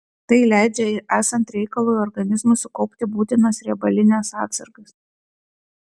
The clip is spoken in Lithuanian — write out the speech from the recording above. tai leidžia esant reikalui organizmui sukaupti būtinas riebalines atsargas